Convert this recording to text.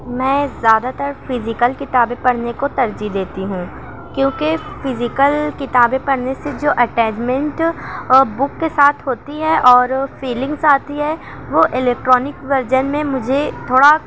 میں زیادہ تر فزیکل کتابیں پڑھنے کو ترجیح دیتی ہوں کیونکہ فزیکل کتابیں پڑھنے سے جو اٹیجمینٹ اور بک کے ساتھ ہوتی ہے اور فیلنگس آتی ہے وہ الیکٹرانک ورژن میں مجھے تھوڑا